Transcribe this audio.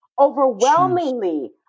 overwhelmingly